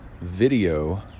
video